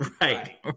Right